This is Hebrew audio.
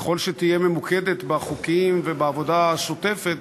ככל שתהיה ממוקדת בחוקים ובעבודה השוטפת,